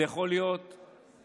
זה יכול להיות רמטכ"ל,